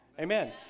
Amen